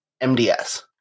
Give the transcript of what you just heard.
MDS